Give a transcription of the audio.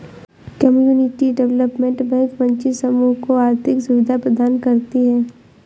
community development bank वंचित समूह को आर्थिक सुविधा प्रदान करती है